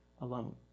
alone